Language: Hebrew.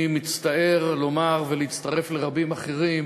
אני מצטער לומר, ולהצטרף לרבים אחרים,